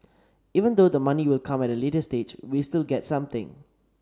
even though the money will come at a later stage we still get something